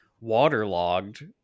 waterlogged